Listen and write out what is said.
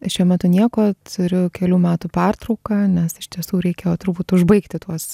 šiuo metu nieko turiu kelių metų pertrauką nes iš tiesų reikėjo turbūt užbaigti tuos